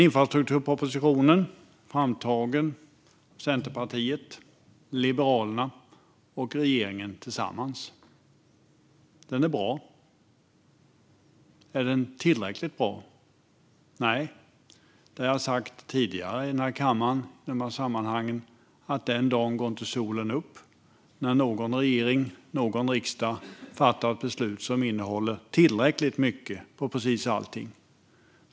Infrastrukturpropositionen är framtagen av Centerpartiet, Liberalerna och regeringen tillsammans. Den är bra. Är den tillräckligt bra? Nej. Jag har tidigare sagt i denna kammare och i dessa sammanhang att den dag då någon regering eller riksdag fattar ett beslut som innehåller tillräckligt mycket av precis allting går inte solen upp.